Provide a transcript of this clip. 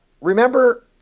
remember